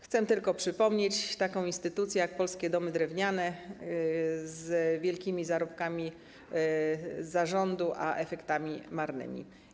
Chcę tylko przypomnieć taką instytucję jak Polskie Domy Drewniane z wielkimi zarobkami zarządu, a efektami marnymi.